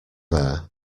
there